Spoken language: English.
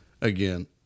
again